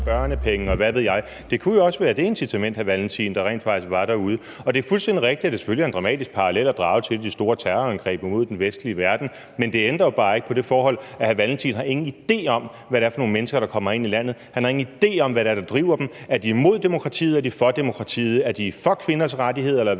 og børnepenge, og hvad ved jeg. Det kunne jo også være det incitament, hr. Carl Valentin, der rent faktisk var derude. Det er fuldstændig rigtigt, at det selvfølgelig er en dramatisk parallel at drage til de store terrorangreb imod den vestlige verden, men det ændrer jo bare ikke på det forhold, at hr. Carl Valentin ingen idé har om, hvad det er for nogle mennesker, der kommer ind i landet; han har ingen idé om, hvad det er, der driver dem. Er de imod demokratiet? Er de for demokratiet? Er de for kvinders rettigheder,